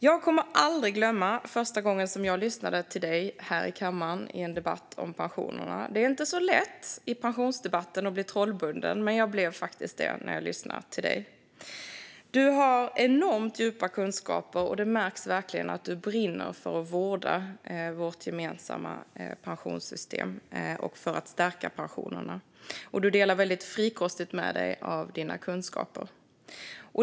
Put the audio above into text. Jag kommer aldrig att glömma första gången jag lyssnade till dig här i kammaren under en debatt om pensionerna. Det är inte lätt att bli trollbunden i en pensionsdebatt, men det blev jag faktiskt när jag lyssnade till dig. Du har enormt djupa kunskaper, och det märks verkligen att du brinner för att vårda vårt gemensamma pensionssystem och för att stärka pensionerna. Du delar väldigt frikostigt med dig av dina kunskaper.